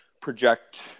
project